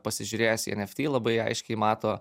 pasižiūrėjęs į eft labai aiškiai mato